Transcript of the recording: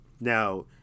Now